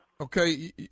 Okay